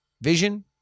Vision